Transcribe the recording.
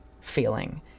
feeling